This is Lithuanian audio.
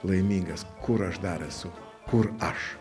laimingas kur aš dar esu kur aš